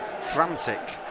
frantic